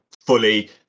fully